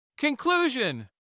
Conclusion